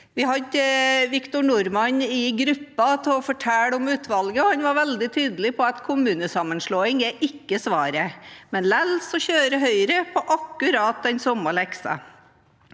Vi hadde Victor Norman i gruppen til å fortelle om utvalget, og han var veldig tydelig på at kommunesammenslåing ikke er svaret, men likevel kjører Høyre på akkurat den samme leksen.